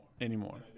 anymore